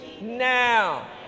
now